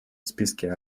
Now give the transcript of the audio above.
списке